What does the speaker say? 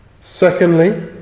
secondly